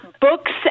books